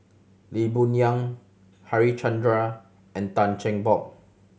Lee Boon Yang Harichandra and Tan Cheng Bock